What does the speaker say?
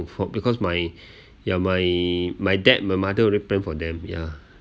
because my ya my my dad my mother already plan for them ya